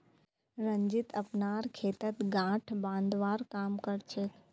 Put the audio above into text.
रंजीत अपनार खेतत गांठ बांधवार काम कर छेक